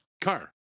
car